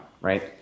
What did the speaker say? Right